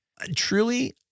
truly